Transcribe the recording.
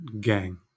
gang